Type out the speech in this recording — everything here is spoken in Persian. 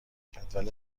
جدول